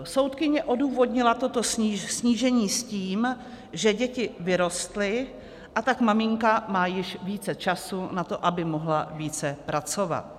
Soudkyně odůvodnila toto snížení s tím, že děti vyrostly, a tak maminka má již více času na to, aby mohla více pracovat.